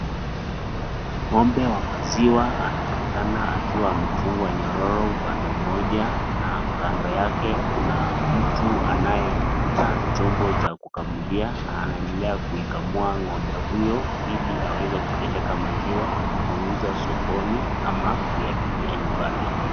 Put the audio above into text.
Ng'ombe wa maziwa anaonekana akiwa amefungwa nyororo upande mmoja na kando yake kuna mtu anaye na chombo cha kukamulia na anaendelea kuikamua ng'ombe huyo ili aweze kupeleka maziwa kuuza sokoni ama kuyatumia nyumbani.